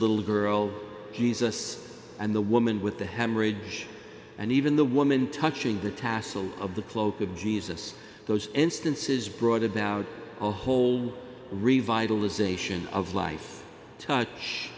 little girl jesus and the woman with the hemorrhage and even the woman touching the tassels of the cloak of jesus those instances brought about a whole revitalization of life